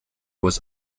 was